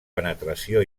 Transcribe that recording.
penetració